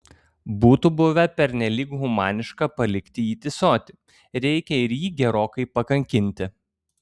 būtų buvę pernelyg humaniška palikti jį tįsoti reikia ir jį gerokai pakankinti